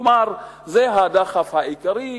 כלומר, זה הדחף העיקרי.